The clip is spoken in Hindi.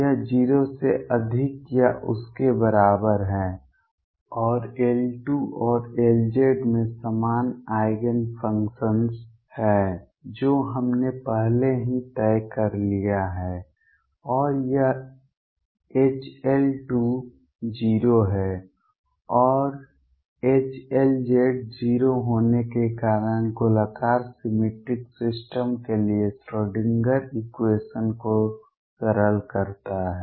यह 0 से अधिक या उसके बराबर है और L2 और Lz में समान आइगेन फंक्शन्स हैं जो हमने पहले ही तय कर लिए हैं और यह H L2 0 है और H Lz 0 होने के कारण गोलाकार सिमेट्रिक सिस्टम के लिए श्रोडिंगर इक्वेशन Schrödinger equation को सरल करता है